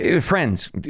friends